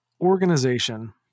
organization